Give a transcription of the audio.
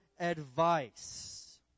advice